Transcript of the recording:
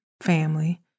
family